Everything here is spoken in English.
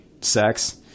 sex